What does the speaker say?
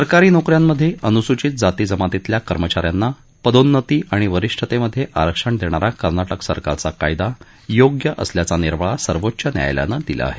सरकारी नोकऱ्याखिये अनुसूचित जाती जमातीतल्या कर्मचाऱ्यास्ती पदोन्नती आणि वरिष्ठतेमध्ये आरक्षण देणारा कर्नाटक सरकारचा कायदा योग्य असल्याचा निर्वाळा सर्वोच्च न्यायालयाना दिला आहे